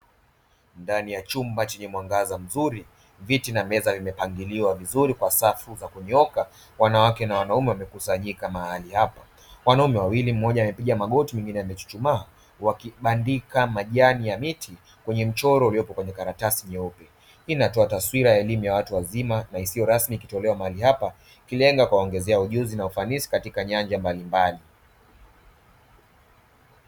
Ndani ya chumba chenye mwangaza mzuri viti na meza vimepangiliwa vizuri kwa safu za kunyooka, wanawake na wanaume wamekusanyika mahali hapa. Wanaume wawili mmoja amepiga magoti na mwengine amechuchumaa wakibandika majani ya miti kwenye mchoro uliopo kwenye karatasi nyeupe. Hii inatoa taswira ya elimu ya watu wazima na isiyo rasmi ikitolewa mahali hapa, ikilenga kuwaongezea ujuzi na ufanisi katika nyanja mbalimbali.